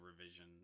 revision